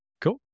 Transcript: cool